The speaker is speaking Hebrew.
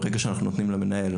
ברגע שאנחנו נותנים למנהל,